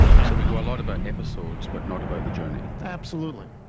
and so we know a lot about episodes but not about the journey. absolutely.